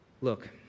Look